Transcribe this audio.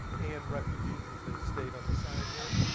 and refugees, as they state on the sign here.